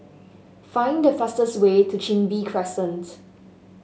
find the fastest way to Chin Bee Crescent